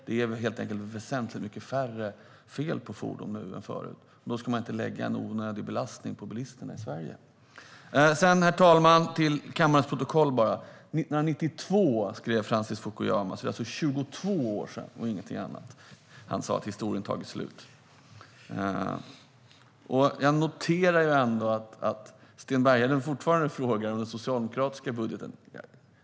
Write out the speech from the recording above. Det är helt enkelt väsentligt mycket färre fel på fordon nu än förut. Då ska man inte lägga en onödig belastning på bilisterna i Sverige. Herr talman! Jag vill bara få fört till kammarens protokoll att det var 1992 som Francis Fukuyama skrev att historien hade tagit slut. Det var alltså 23 år sedan och ingenting annat. Jag noterar att Sten Bergheden fortfarande frågar om den socialdemokratiska budgeten.